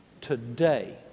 today